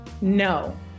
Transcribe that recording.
no